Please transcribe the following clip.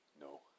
no